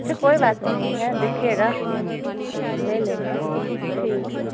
अच्छा कोई बात नहीं है देखिएगा ले लेंगे ठीक है